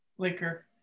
Liquor